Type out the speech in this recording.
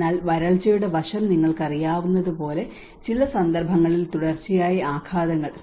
എന്നാൽ വരൾച്ചയുടെ വശം നിങ്ങൾക്കറിയാവുന്നതുപോലെയുള്ള ചില സന്ദർഭങ്ങളിൽ തുടർച്ചയായ